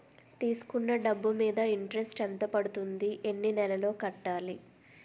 తీసుకున్న డబ్బు మీద ఇంట్రెస్ట్ ఎంత పడుతుంది? ఎన్ని నెలలో కట్టాలి?